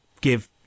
give